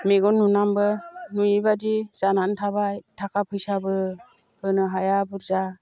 मेगन नुनानैबो नुयैबादि जानानै थाबाय थाखा फैसाबो होनो हाया बुरजा